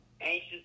anxious